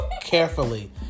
carefully